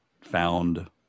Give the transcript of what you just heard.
found